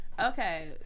okay